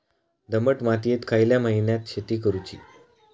दमट मातयेत खयल्या महिन्यात शेती करुची?